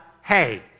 hey